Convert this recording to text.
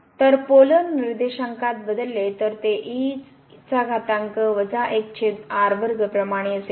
तर पोलर निर्देशांकात बदलले तर ते प्रमाणे असेल